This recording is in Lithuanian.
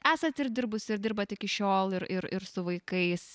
esat ir dirbusi ir dirbat iki šiol ir ir ir su vaikais